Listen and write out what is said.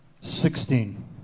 Sixteen